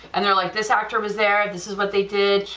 and they're like this doctor was there, and this is what they did,